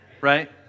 right